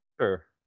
Sure